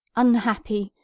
unhappy,